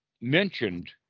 mentioned